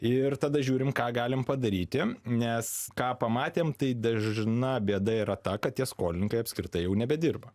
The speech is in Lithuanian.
ir tada žiūrim ką galim padaryti nes ką pamatėm tai dažna bėda yra ta kad tie skolininkai apskritai jau nebedirba